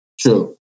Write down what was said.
True